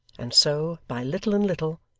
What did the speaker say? and so, by little and little,